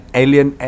alien